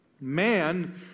Man